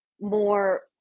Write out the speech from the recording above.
more